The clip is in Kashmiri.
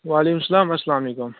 وعلیکُم سلام اسلام علیکُم